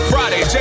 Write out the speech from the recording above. Friday